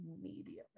immediately